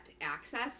access